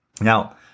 Now